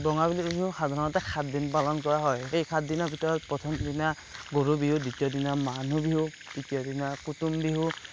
ৰঙালী বিহু সাধাৰণতে সাত দিন পালন কৰা হয় সেই সাত দিনৰ ভিতৰত প্ৰথম দিনা গৰু বিহু দ্বিতীয় দিনা মানুহ বিহু তৃতীয় দিনা কুটুম বিহু